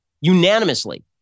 unanimously